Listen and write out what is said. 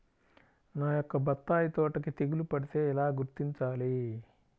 నా యొక్క బత్తాయి తోటకి తెగులు పడితే ఎలా గుర్తించాలి?